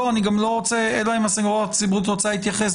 אני רוצה להמשיך אלא אם הסניגוריה הציבורית רוצה להתייחס.